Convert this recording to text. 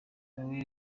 noel